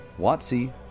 Watsy